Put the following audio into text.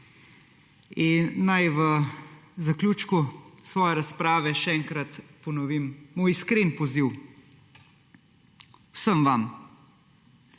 Naj v zaključku svoje razprave še enkrat ponovim svoj iskren poziv vsem vam: